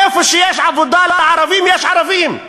איפה שיש עבודה לערבים יש ערבים.